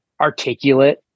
articulate